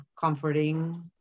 comforting